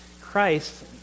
Christ